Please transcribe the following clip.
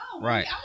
Right